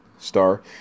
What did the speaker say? star